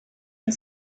and